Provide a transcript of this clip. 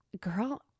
girl